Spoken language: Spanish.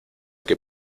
que